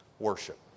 worship